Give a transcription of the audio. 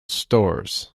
stores